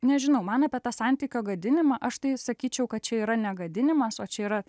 nežinau man apie tą santykio gadinimą aš tai sakyčiau kad čia yra ne gadinimas o čia yra